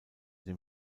dem